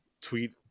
tweet